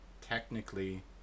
technically